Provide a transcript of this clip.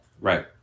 Right